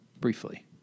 briefly